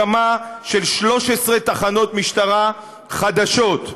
הקמת 13 תחנות משטרה חדשות.